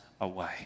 away